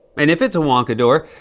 and if it's a wonka door,